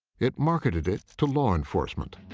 it marketed it to law enforcement.